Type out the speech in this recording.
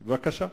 בבקשה.